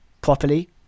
properly